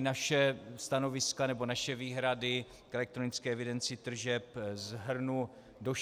naše stanoviska nebo naše výhrady k elektronické evidenci tržeb shrnu do